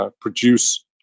produce